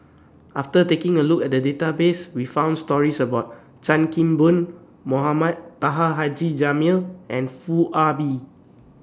after taking A Look At The Database We found stories about Chan Kim Boon Mohamed Taha Haji Jamil and Foo Ah Bee